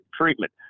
treatment